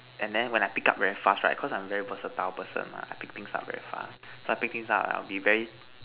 and then when I pick up very fast right cause I'm a very versatile person ah pick things up very fast so I pick things out I will be very